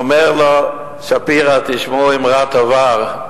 ואומר לו שפירא, תשמעו אמרת עבר,